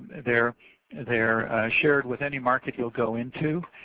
theyire theyire shared with any market youill go into.